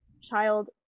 child